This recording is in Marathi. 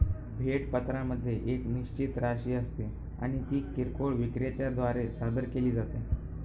भेट पत्रामध्ये एक निश्चित राशी असते आणि ती किरकोळ विक्रेत्या द्वारे सादर केली जाते